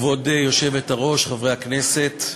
כבוד היושבת-ראש, חברי הכנסת,